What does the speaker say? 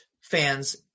fans